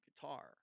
guitar